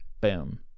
Boom